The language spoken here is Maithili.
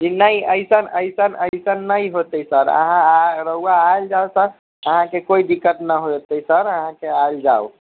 जी नहि ऐसन ऐसन ऐसन नहि हौते सर अहाँ आयल रहुआ आयल जाउ सर अहाँके कोइ दिक्कत नहि हौते सर अहाँके आयल जाउ